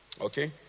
okay